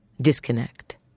disconnect